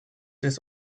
des